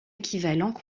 équivalents